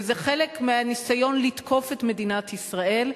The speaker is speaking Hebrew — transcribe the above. וזה חלק מהניסיון לתקוף את מדינת ישראל,